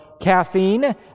caffeine